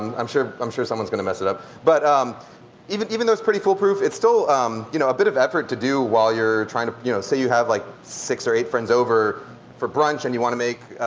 um i'm sure someone's going to mess it up. but um even even though it's pretty foolproof, it's still um you know a bit of effort to do while you're trying to you know say you have like six or eight friends over for brunch, and you want to make